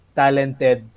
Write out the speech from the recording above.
talented